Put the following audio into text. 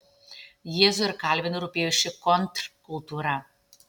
jėzui ir kalvinui rūpėjo ši kontrkultūra